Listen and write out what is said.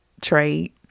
trade